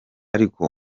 ariko